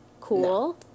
Cool